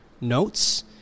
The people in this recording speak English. notes